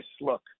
Look